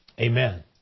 Amen